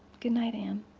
good night, anne.